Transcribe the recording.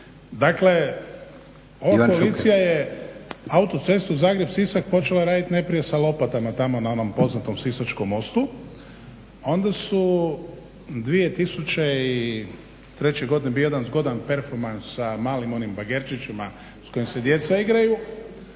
Dakle ova koalicija je autocestu Zagreb-Sisak počela radit najprije sa lopatama tamo na onom poznatom sisačkom mostu, onda su 2003.godine bio jedan zgodan performans sa malim onim bagerčićima s kojim se djeca igraju,